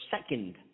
second